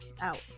out